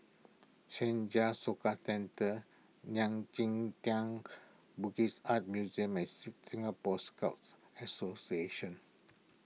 Senja Soka Centre Tang Buddhist Art Museum and sing Singapore Scout Association